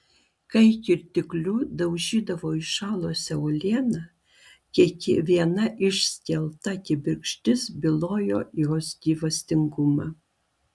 kai kirtikliu daužydavo įšalusią uolieną kiekviena išskelta kibirkštis bylojo jos gyvastingumą